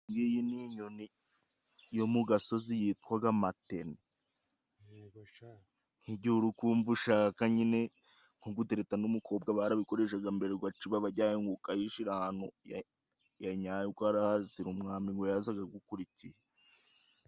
Iyingiyi ni inyoni yo mu gasozi yitwaga matene. Nk'igihe uri kumva ushaka nko gutereta umukobwa barabikoreshaga mbere ugaca ibaba ryayo ukarishira ahantu yanyaye, ukarasiraho umwambi ngo yazaga agukuriye.